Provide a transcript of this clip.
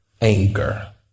anger